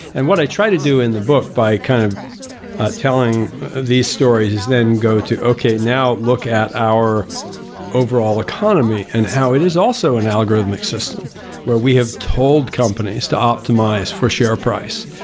and what i try to do in the book by kind of telling these stories is then go to okay, now look at our overall economy and how it is also an algorithmic system where we have told companies to optimize for share price,